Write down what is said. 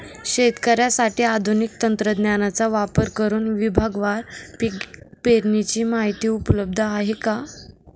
शेतकऱ्यांसाठी आधुनिक तंत्रज्ञानाचा वापर करुन विभागवार पीक पेरणीची माहिती उपलब्ध आहे का?